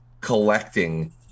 collecting